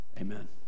Amen